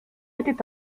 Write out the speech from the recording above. était